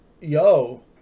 yo